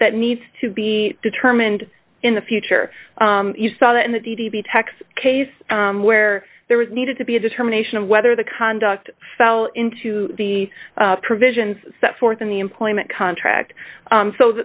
that needs to be determined in the future you saw that in the d d b tex case where there was needed to be a determination of whether the conduct fell into the provisions set forth in the employment contract